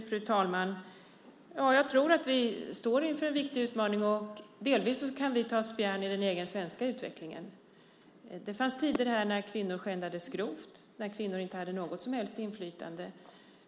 Fru talman! Jag tror att vi står inför en viktig utmaning. Delvis kan vi ta spjärn i den egna svenska utvecklingen. Det fanns tider här när kvinnor skändades grovt och när kvinnor inte hade något som helst inflytande.